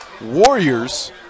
Warriors